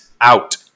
out